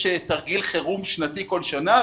יש תרגיל חירום שנתי כל שנה,